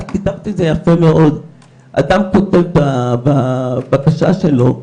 את הסברת את זה יפה מאוד, אדם כותב את הבקשה שלו,